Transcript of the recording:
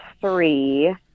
three